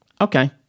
Okay